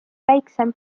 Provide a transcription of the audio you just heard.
väiksem